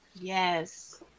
Yes